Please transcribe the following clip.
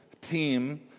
team